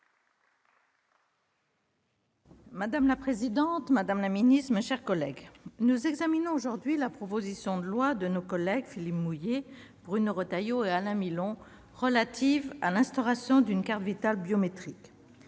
Madame la présidente, madame la secrétaire d'État, mes chers collègues, nous examinons aujourd'hui la proposition de loi de nos collègues Philippe Mouiller, Bruno Retailleau et Alain Milon tendant à instituer une carte Vitale biométrique.